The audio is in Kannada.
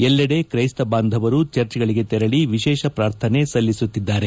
ಎಲ್ಲೆಡೆ ತ್ರೈಸ್ತ ಬಾಂಧವರು ಚರ್ಚ್ಗಳಿಗೆ ತೆರಳಿ ವಿಶೇಷ ಪ್ರಾರ್ಥನೆ ಸಲ್ಲಿಸುತ್ತಿದ್ದಾರೆ